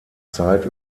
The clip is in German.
zeit